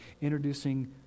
introducing